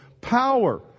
Power